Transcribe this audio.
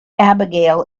abigail